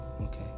okay